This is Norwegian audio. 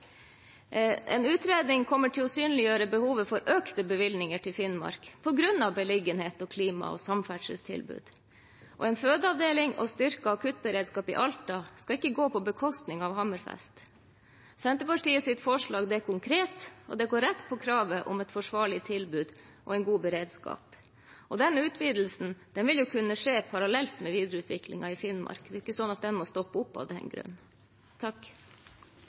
En utredning vil synliggjøre behovet for økte bevilgninger til Finnmark, på grunn av beliggenhet, klima og samferdselstilbud. En fødeavdeling og styrket akuttberedskap i Alta skal ikke gå på bekostning av Hammerfest. Senterpartiets forslag er konkret og går rett på kravet om et forsvarlig tilbud og en god beredskap, og den utvidelsen vil jo kunne skje parallelt med videreutviklingen i Finnmark. Den må ikke stoppe opp av den